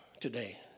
today